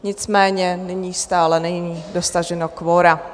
Nicméně nyní stále není dosaženo kvora.